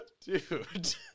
dude